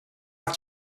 have